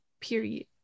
Period